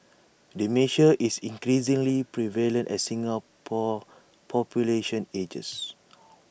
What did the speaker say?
dementia is increasingly prevalent as Singapore's population ages